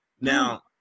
Now